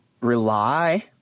rely